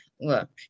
look